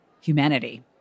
humanity